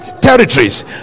territories